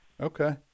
Okay